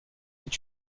est